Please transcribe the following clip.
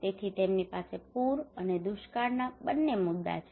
તેથી તેમની પાસે પૂર અને દુષ્કાળના બંને મુદ્દા છે